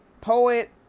poet